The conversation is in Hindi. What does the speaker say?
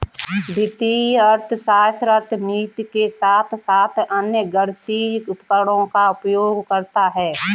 वित्तीय अर्थशास्त्र अर्थमिति के साथ साथ अन्य गणितीय उपकरणों का उपयोग करता है